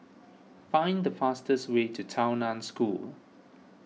find the fastest way to Tao Nan School